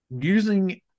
using